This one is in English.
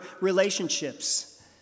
relationships